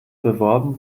beworben